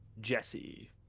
Jesse